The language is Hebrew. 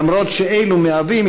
למרות שאלו מהווים,